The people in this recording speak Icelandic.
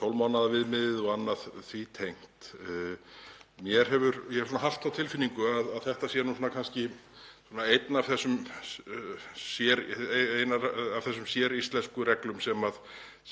12 mánaða viðmiðið og annað því tengt. Ég hef haft þá tilfinningu að þetta sé kannski ein af þessum séríslensku reglum sem